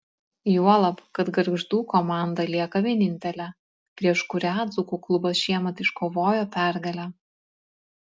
juolab kad gargždų komanda lieka vienintelė prieš kurią dzūkų klubas šiemet iškovojo pergalę